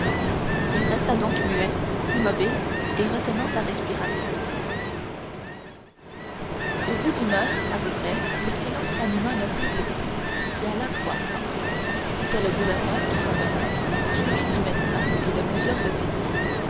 il resta donc muet immobile et retenant sa respiration au bout d'une heure à peu près le silence s'anima d'un faible bruit qui alla croissant c'était le gouverneur qui revenait suivi du médecin et de plusieurs officiers